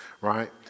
right